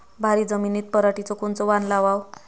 भारी जमिनीत पराटीचं कोनचं वान लावाव?